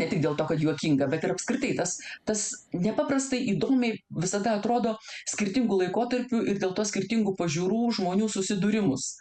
ne tik dėl to kad juokinga bet ir apskritai tas tas nepaprastai įdomiai visada atrodo skirtingų laikotarpių ir dėl to skirtingų pažiūrų žmonių susidūrimus